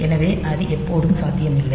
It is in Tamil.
எனவே அது எப்போதும் சாத்தியமில்லை